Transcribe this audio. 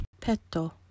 Petto